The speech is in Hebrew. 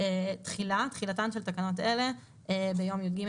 תחילה 4. תחילתן של תקנות אלה ביום י"ג